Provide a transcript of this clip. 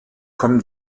kommen